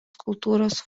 kultūros